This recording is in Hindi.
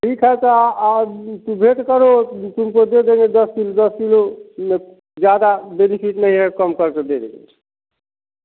ठीक है तो आम वेट करो तुमको दे देंगे दस दस किलो ज़्यादा बेनिफिट नहीं है कम कर के देंगे